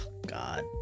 God